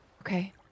Okay